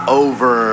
over